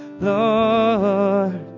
Lord